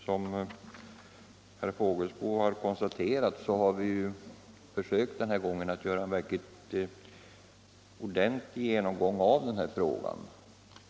Som herr Fågelsbo konstaterat har vi i utskottet försökt att göra en verklig ordentlig genomgång av den här frågan.